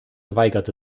weigerte